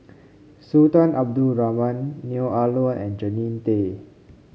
Sultan Abdul Rahman Neo Ah Luan and Jannie Tay